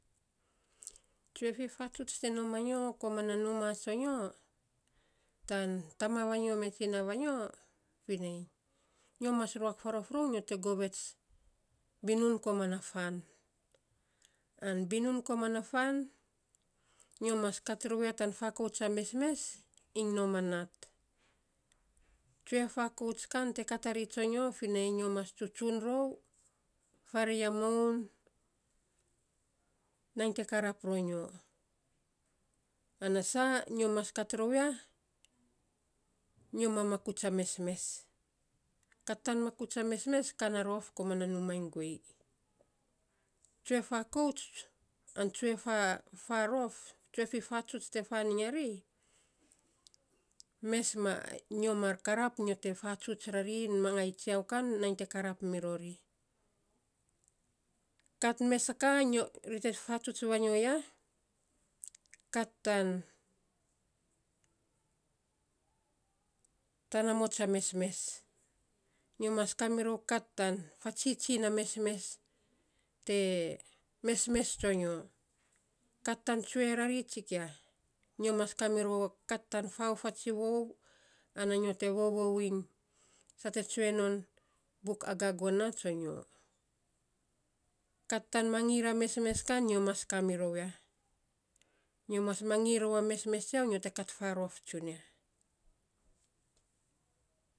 Tsue fifatsuts te nom a nyo koman a numaa tsonyo tan tama vanyo me tsina vanyo finei nyo mas ruak faarof rou nyo te govets binun koman na fan. An binun koman na fan, nyo mas kat rou ya, tan fakauts a mesmes iny nom a nat. Tsue fakouts kan te kat a ri tsonyo finei, nyo mas tsutsun rou faarei a moun, nainy te karap ronyo. Ana saa nyo mas kat rou ya. Nyo ma makuts a mesmes. Kat tan makuts a mesmes, ka na rof koman na numaa iny guei. Tsue fakouts, an tsue farof ana tsue fifatsuts te faan iny a ri mes ma nyo, nyo ma karap nyo te fatsuts rarin mangai tsiau kan, nainy te karap mi ror ri. Kat mes a ka, ri te fatsuts vanyo ya, ka tan, tanamots a mesmes. Nyo mas kamirou ka tan fatsitsi na mesmes te, mesmes tsonyo. kat tan tsue rori, tsikia, nyo mas kami rou kat tan faut a tsivou iny sa te tsue non buk agagon na tsonyo. ka tan mangiir a kan nyo mas kamiror ya. Nyo mas mangiir ror a mesmes tsiau nyo te kat faarof tsunia.